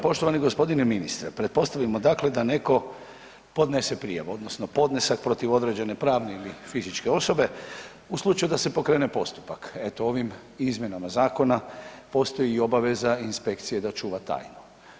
Poštovani g. ministre, pretpostavimo dakle da neko podnese prijavu odnosno podnesak protiv određene pravne ili fizičke osobe u slučaju da se pokrene postupak, eto ovim izmjenama zakona postoji i obaveza inspekcije da čuva tajnu.